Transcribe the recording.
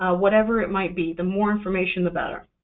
ah whatever it might be. the more information, the better.